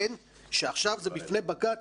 שעכשיו זה בפני בג"צ,